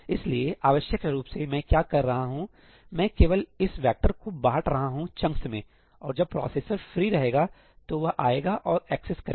इसलिए आवश्यक रूप से मैं क्या कर रहा हूं मैं केवल इस वेक्टर को बांट रहा हूं चंक्स में और जब प्रोसेसर फ्री रहेगा तो वह आएगा और एक्सेस करेगा